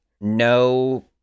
no